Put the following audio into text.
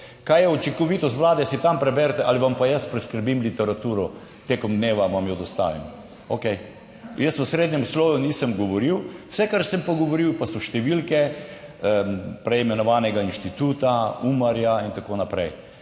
Kaj je učinkovitost vlade, si tam preberite, ali vam pa jaz priskrbim literaturo tekom dneva, vam jo dostavim. Okej. Jaz v srednjem sloju nisem govoril. Vse kar sem pa govoril, pa so številke preimenovanega inštituta, Umarja in tako naprej.